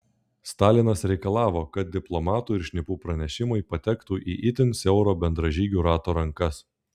stalinas reikalavo kad diplomatų ir šnipų pranešimai patektų į itin siauro bendražygių rato rankas